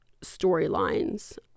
storylines